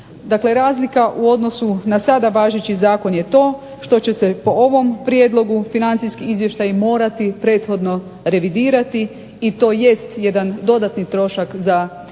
razlika u odnosu na sada važeći Zakon je to što će se po ovom prijedlogu financijski izvještaji morati prethodno revidirati i to jest jedan dodatni trošak za kreditne